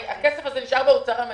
הרי הכסף הזה נשאר באוצר המדינה.